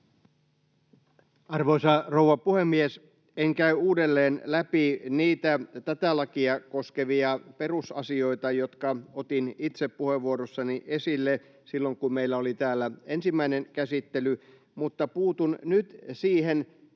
Arvoisa rouva puhemies! En käy uudelleen läpi niitä tätä lakia koskevia perusasioita, jotka otin itse puheenvuorossani esille silloin, kun meillä oli täällä ensimmäinen käsittely, mutta puutun nyt siihen